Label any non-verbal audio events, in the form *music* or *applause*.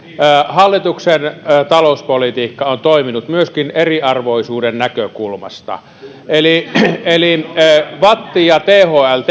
hallituksen talouspolitiikka on toiminut myöskin eriarvoisuuden näkökulmasta eli eli vatt ja thl *unintelligible*